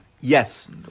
Yes